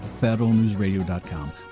federalnewsradio.com